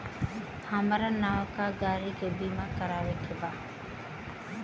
हामरा नवका गाड़ी के बीमा करावे के बा